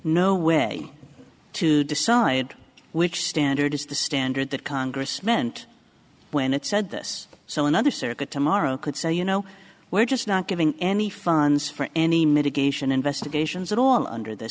no way to decide which standard is the standard that congress meant when it said this so another circuit tomorrow could say you know we're just not giving any funds for any mitigation investigations at all under th